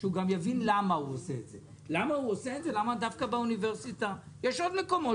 אלא הוא לומד את היסודות,